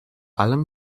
allem